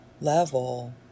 level